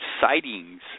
sightings